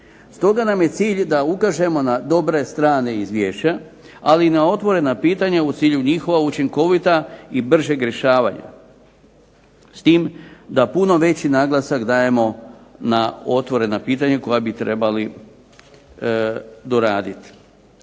Stoga nam je cilj da ukažemo na dobre strane izvješća, ali i na otvorena pitanja u cilju njihova učinkovita i bržeg rješavanja. S tim da puno veći naglasak dajemo na otvorena pitanja koja bi trebali doraditi.